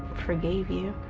forgave you.